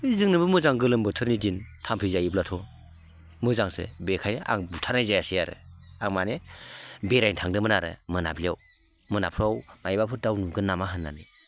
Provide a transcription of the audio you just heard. जोंनोबो मोजां गोलोम बोथोरनि दिन थाम्फै जायोब्लाथ' मोजांसो बेखायनो आं बुथारनाय जायासै आरो आं माने बेरायनो थांदोंमोन आरो मोनाबिलियाव मोनाफ्राव मायबाफोर दाउ नुगोन नामा होननानै